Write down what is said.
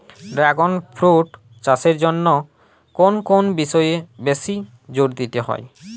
Dragon fruit চাষের জন্য কোন কোন বিষয়ে বেশি জোর দিতে হয়?